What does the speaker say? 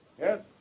Yes